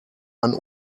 ein